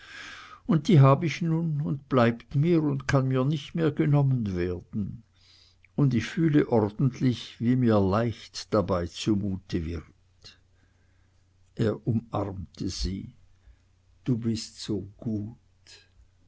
und die hab ich nun und bleibt mir und kann mir nicht mehr genommen werden und ich fühle ordentlich wie mir dabei leicht zumute wird er umarmte sie du bist so gut